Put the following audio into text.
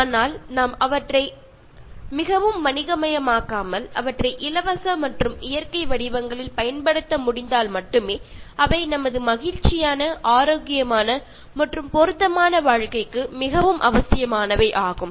ஆனால் நாம் அவற்றை மிகவும் வணிகமயமாக்காமல் அவற்றை இலவச மற்றும் இயற்கை வடிவங்களில் பயன்படுத்த முடிந்தால் மட்டுமே அவை நமது மகிழ்ச்சியான ஆரோக்கியமான மற்றும் பொருத்தமான வாழ்க்கைக்கு மிகவும் அவசியமானவை ஆகும்